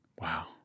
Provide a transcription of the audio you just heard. Wow